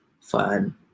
fun